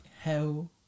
Hell